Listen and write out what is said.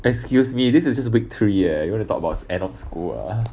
excuse me this is just week three eh you wanna talk about end of school ah